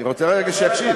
אני רוצה שיקשיב רגע.